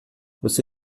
você